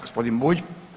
Gospodin Bulj.